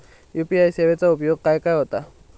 UPI सेवेचा उपयोग खाय खाय होता?